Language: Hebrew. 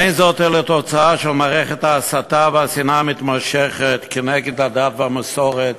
אין זאת אלא תוצאה של מערכת ההסתה והשנאה המתמשכת כנגד הדת והמסורת,